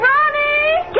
Ronnie